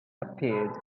appeared